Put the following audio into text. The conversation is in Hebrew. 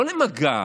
לא למגע,